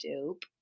dope